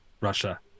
Russia